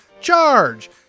Charge